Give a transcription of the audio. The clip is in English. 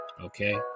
Okay